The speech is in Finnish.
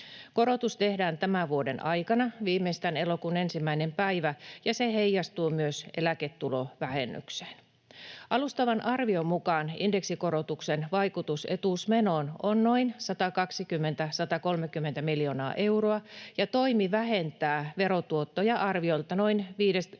Korotus tehdään tämän vuoden aikana, viimeistään elokuun 1. päivä, ja se heijastuu myös eläketulovähennykseen. Alustavan arvion mukaan indeksikorotuksen vaikutus etuusmenoon on noin 120—130 miljoonaa euroa ja toimi vähentää verotuottoja arviolta noin